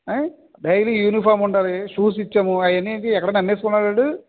daily uniform ఉండాలి shoes ఇచ్చాము అవన్నీ ఏంటి ఎక్కడైనా అమ్మేసుకున్నాడా వాడు